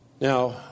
Now